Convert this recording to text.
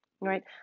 right